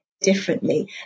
differently